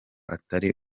atari